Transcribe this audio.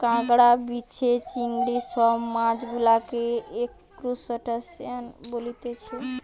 কাঁকড়া, বিছে, চিংড়ি সব মাছ গুলাকে ত্রুসটাসিয়ান বলতিছে